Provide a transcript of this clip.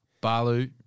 Balu